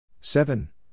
seven